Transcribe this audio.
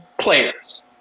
players